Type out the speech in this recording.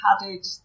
padded